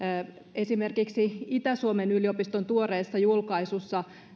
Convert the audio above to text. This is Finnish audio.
esimerkiksi itä suomen yliopiston tuoreessa julkaisussa